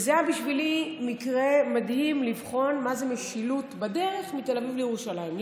זה היה בשבילי מקרה מדהים לבחון מה זה משילות בדרך מתל אביב לירושלים.